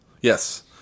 Yes